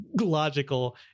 logical